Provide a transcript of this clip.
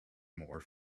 more